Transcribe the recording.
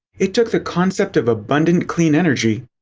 it took the concept of abundant clean energy,